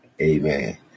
Amen